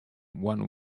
one